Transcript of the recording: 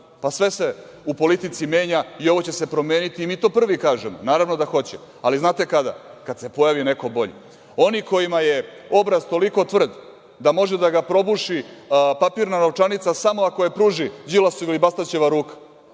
Sve se u politici menja. I ovo će se promeniti. Mi to prvi kažemo. Naravno da hoće. Ali, znate kada? Kad se pojavi neko bolji. Oni kojima je obraz toliko tvrd da može da ga probuši papirna novčanica samo ako je pruži Đilasova ili Bastaćova ruka,